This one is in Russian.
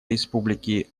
республики